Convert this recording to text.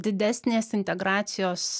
didesnės integracijos